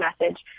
message